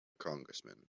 congressman